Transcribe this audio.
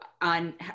on